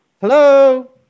Hello